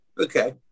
okay